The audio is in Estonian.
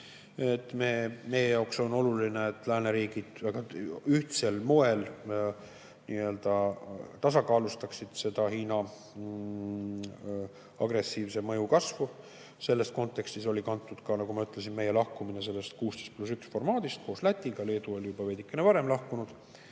Meie jaoks on oluline, et lääneriigid ühtsel moel tasakaalustaksid seda Hiina agressiivse mõju kasvu. Sellest kontekstist oli kantud ka, nagu ma ütlesin, meie lahkumine 16 + 1 formaadist koos Lätiga, Leedu oli juba veidikene varem lahkunud.